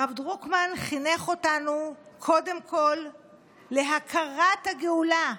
הרב דרוקמן חינך אותנו קודם כול להכרת הגאולה,